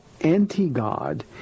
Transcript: anti-God